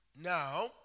Now